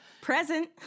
Present